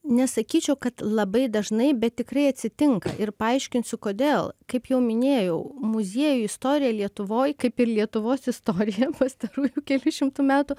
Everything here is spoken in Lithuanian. nesakyčiau kad labai dažnai bet tikrai atsitinka ir paaiškinsiu kodėl kaip jau minėjau muziejų istorija lietuvoj kaip ir lietuvos istorija pastarųjų kelių šimtų metų